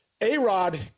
A-Rod